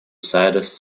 sides